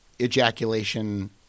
ejaculation